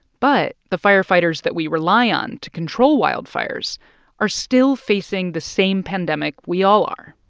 but the firefighters that we rely on to control wildfires are still facing the same pandemic we all are,